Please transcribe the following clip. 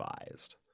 advised